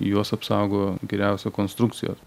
juos apsaugo geriausia konstrukcijos